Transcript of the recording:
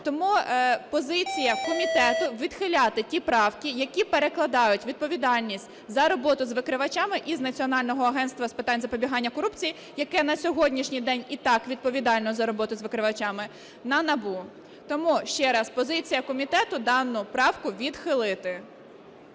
Тому позиція комітету - відхиляти ті правки, які перекладають відповідальність за роботу з викривачами із Національного агентства з питань запобігання корупції, яке на сьогоднішній день і так відповідальне за роботу з викривачами, на НАБУ. Тому, ще раз, позиція комітету - дану правку відхилити.